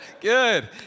Good